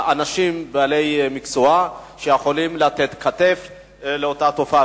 בעלי מקצוע שיכולים לתת כתף למאבק באותה תופעה.